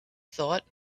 thought